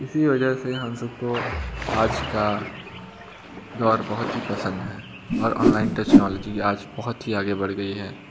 इसी वजह से हम सब को आज का दौर बहुत ही पसंद है और ऑनलाइन टेचनोलॉजी आज बहुत ही आगे बढ़ गई है